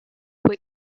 were